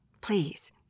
Please